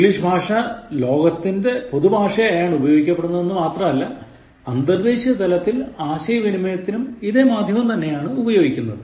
English ഭാഷ ലോകത്തിന്റെ പൊതുഭാഷയായാണ് ഉപയോഗിക്കപ്പെടുന്നത് എന്നു മാത്രമല്ല അന്തർദേശീയ തലത്തിൽ ആശയവിനിമയത്തിനും ഇതേ മാധ്യമം തന്നെയാണ് ഉപയോഗിക്കുന്നത്